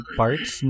parts